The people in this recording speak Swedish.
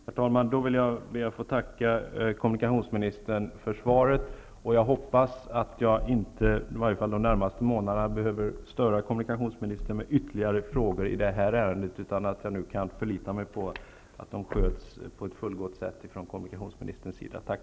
Herr talman! Då ber jag att få tacka kommunikationsministern för svaret. Jag hoppas att jag, i varje fall inte de närmaste månaderna, behöver störa kommunikationsministern med ytterligare frågor i det här ärendet utan kan förlita mig på att det sköts på ett fullgott sätt från kommunikationsministerns sida. Tack!